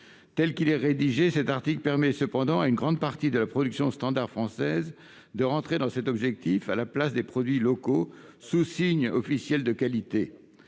Tel qu'il est rédigé, cet article permet à une grande partie de la production standard française d'entrer dans cet objectif, à la place des produits locaux sous signes officiels de qualité.